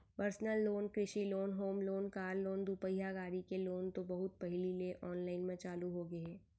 personal loan, कृषि loan, home loan, car loan, दुपहिया गाड़ी के लोन तो बहुत पहिली ले आनलाइन म चालू होगे हे